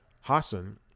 Hassan